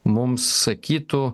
mums sakytų